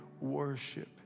worship